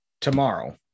tomorrow